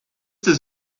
does